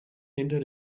hinter